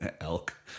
Elk